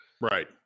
Right